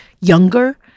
younger